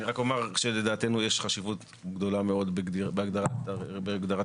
אני רק אומר שלדעתנו יש חשיבות גדולה מאוד בהגדרת הרשימה,